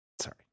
Sorry